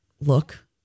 look